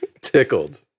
tickled